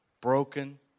broken